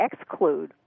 exclude